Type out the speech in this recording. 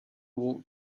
walked